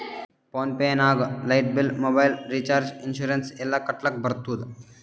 phone pay ನಾಗ್ light bill, mobile recharge, insurance ಎಲ್ಲಾ ಕಟ್ಟಲಕ್ ಬರ್ತುದ್